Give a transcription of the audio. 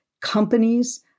companies